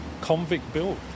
convict-built